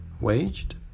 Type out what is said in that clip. waged